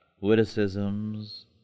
witticisms